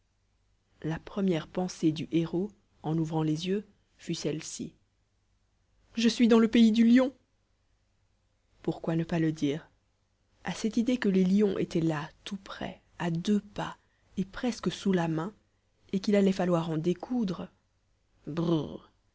la première pensée du héros en ouvrant les yeux fut celle-ci je suis dans le pays du lion pourquoi ne pas le dire à cette idée que les lions étaient là tout près à deux pas et presque sous la main et qu'il allait falloir en découdre brr